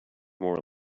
more